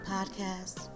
Podcast